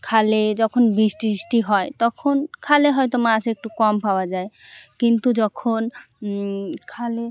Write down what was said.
খালে যখন বৃষ্টি টিষ্টি হয় তখন খালে হয়তো মাছ একটু কম পাওয়া যায় কিন্তু যখন খালে